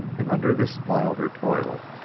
and under this milder toil,